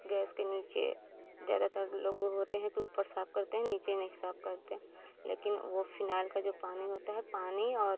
gas के नीचे ज़्यादातर लोग होते हैं कोई ऊपर साफ़ करते हैं नीचे नहीं साफ़ करते हैं लेकिन वह फिनाइल का जो पानी होता है पानी और